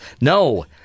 No